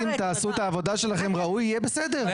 אם תעשו את העבודה שלכם ראוי, יהיה בסדר,